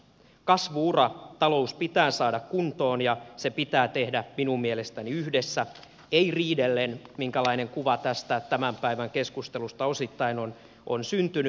kasvu ura talous pitää saada kuntoon ja se pitää tehdä minun mielestäni yhdessä ei riidellen jollainen kuva tämän päivän keskustelusta osittain on syntynyt